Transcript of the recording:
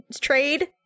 trade